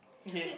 okay